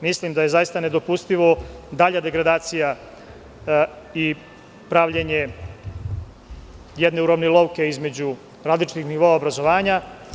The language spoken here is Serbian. Mislim da je zaista nedopustiva dalja degradacija i pravljenje jedne uravnilovke između različitih nivoa obrazovanja.